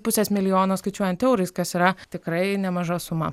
pusės milijono skaičiuojant eurais kas yra tikrai nemaža suma